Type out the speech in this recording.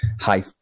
high